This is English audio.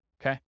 Okay